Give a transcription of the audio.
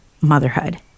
motherhood